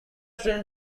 trains